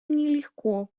нелегко